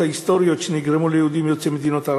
ההיסטוריות שנגרמו ליהודים יוצאי מדינות ערב,